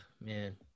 man